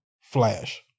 Flash